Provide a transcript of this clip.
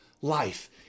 life